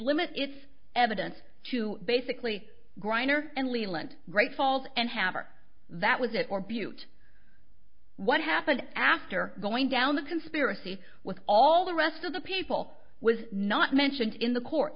limit its evidence to basically greiner and leland great falls and hammer that was it or beaut what happened after going down the conspiracy with all the rest of the people was not mentioned in the court